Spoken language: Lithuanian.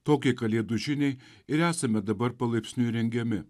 tokiai kalėdų žiniai ir esame dabar palaipsniui rengiami